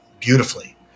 beautifully